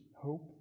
hope